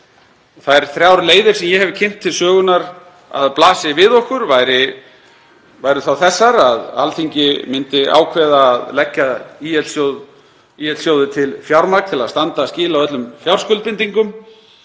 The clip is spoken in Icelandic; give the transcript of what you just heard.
Þær þrjár leiðir sem ég hef kynnt til sögunnar að blasi við okkur væru þá þessar: Að Alþingi myndi ákveða að leggja ÍL-sjóði til fjármagn til að standa skil á öllum fjárskuldbindingum